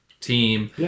team